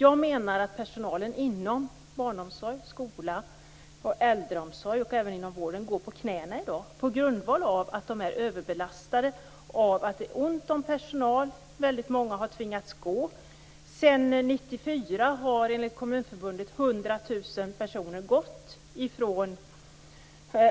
Jag menar att personalen inom barnomsorg, skola, äldreomsorg och vården går på knäna i dag på grund av att de är överbelastade därför att det är ont om personal. Väldigt många har tvingats gå. personer gått från